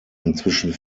inzwischen